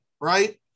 right